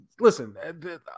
Listen